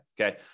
okay